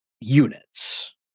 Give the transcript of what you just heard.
units